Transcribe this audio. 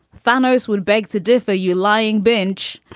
thanos would beg to differ, you lying bench,